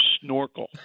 snorkel